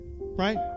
right